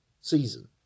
season